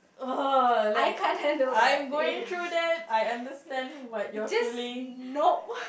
uh like I'm going through that I understand what you're feeling